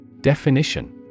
Definition